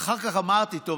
אחר כך אמרתי: טוב,